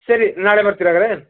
ಸರಿ ನಾಳೆ ಬರ್ತೀರ ಹಾಗಾದ್ರೆ